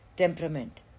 Temperament